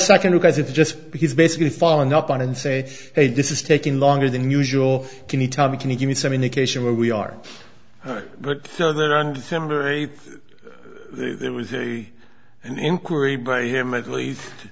second because it's just because basically following up on and say hey this is taking longer than usual can you tell me can you give me some indication where we are but so that on december eighth there was a an inquiry by him at least